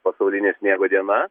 pasaulinė sniego diena